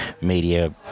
media